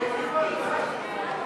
לשנת התקציב 2016, כהצעת הוועדה, נתקבל.